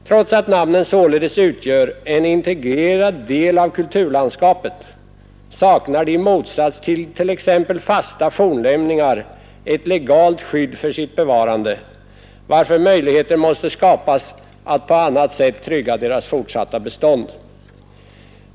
Trots att namnen således utgör en integrerad del av kulturlandskapet, saknar de i motsats till t.ex. fasta fornlämningar ett legalt skydd för sitt bevarande, varför möjligheter måste skapas att på annat sätt trygga deras fortsatta bestånd.